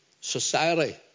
society